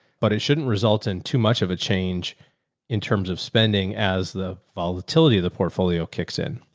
but it shouldn't result in too much of a change in terms of spending as the volatility of the portfolio kicks in.